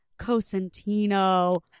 Cosentino